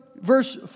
verse